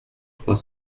trois